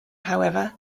however